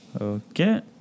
Okay